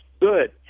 good